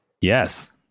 Yes